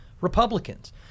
Republicans